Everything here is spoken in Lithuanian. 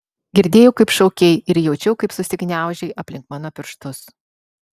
girdėjau kaip šaukei ir jaučiau kaip susigniaužei aplink mano pirštus